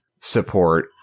support